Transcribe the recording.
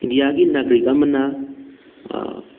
ꯏꯟꯗꯤꯌꯥꯒꯤ ꯅꯥꯒꯔꯤꯛ ꯑꯃꯅ